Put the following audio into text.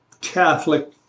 Catholic